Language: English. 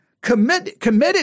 committed